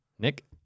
Nick